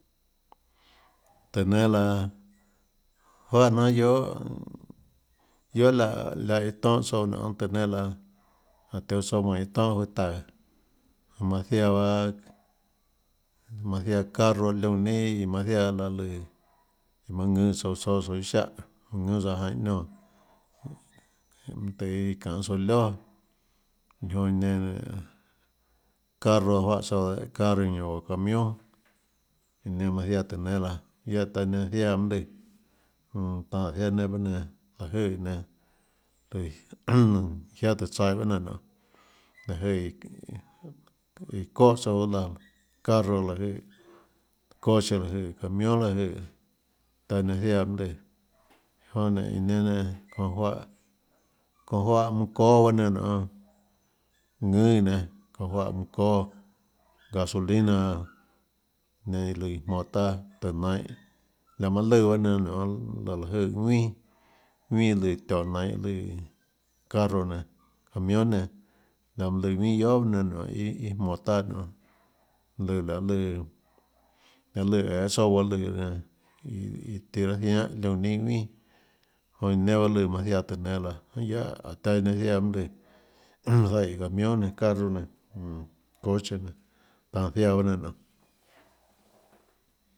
Tùhå nénâ laã juáhà jnanhà guiohà guiohà láhã láhãiã tonhâ tsouã nonê tùhå nénâ laã jánhåtiuã tsouã mánhå iã tonhâ juøå taùå manã ziaã bahâ manã ziaã carro liónã nienâ iã manã ziaã laå lùã iã manã ðùnâ tsouã tsóâ tsouã iâ ziáhã onã ðùnâtsouã jeinhâ niónã mønâ tøhê iâ ðanê tsouã lioàiã jonã iã nenã nénå carro juáhã tsouã dehâ carro ñanã oå camión iã nenã manã ziaã tùhå nénâ laã guiaâ taã iã nenã ziaã mønâ lùã jonã tanã ziaã nenã pahâ nenã láhå jøè nenã jøè jiáâ tùhå tsaihå paâ nenã nionê láhå jøè iã çóhã tsouã laã carro láhå jøè coche láhå jøè camión láhå jøè taã iã nenã ziaã mønâ lùã jonã nénå iã nenã nénå çonã juáhã çonã juáhã mønã çóâ baâ nenã nonê ðùnã iã nenã çounã juáhã mønã çóâ gasolina nenã lùã iã jmonå taâ tùhå nainhå laå manã lùã báhã nenã nionê láhå jøè ðuinà ðuinà lùã tióhå nainhå lùã carro nenã camion nenã laå manã lùã ðuinà guiohà nenã nionê iâ iâ jmonå taâ nionê lùã laê lùãlaê lùã æê tsouã baâ lùã nenã iâ tiã raâ zianhâ liónã neinâ ðuinà onã iã nenã bahâ lùã manã ziaãtùhå nénâ laã guiaâ jánhå taã iã nenã ziaã mønâ lùã zaíhã camio nenã carro nenã coche nenã tanå ziaã bahâ nenâ nionê.